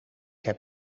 heb